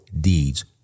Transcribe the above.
deeds